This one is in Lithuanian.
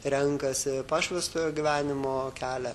renkasi pašvęstojo gyvenimo kelią